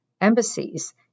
embassies